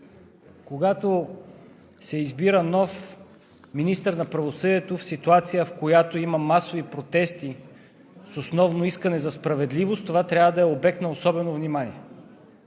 Когато се избира нов министър на правосъдието в ситуация, в която има масови протести с основно искане за справедливост, това трябва да е обект на особено внимание.